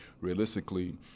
realistically